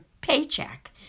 paycheck